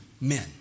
men